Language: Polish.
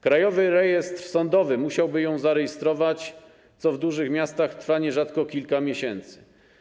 Krajowy Rejestr Sądowy musiałby ją zarejestrować, co w dużych miastach trwa nierzadko kilka miesięcy.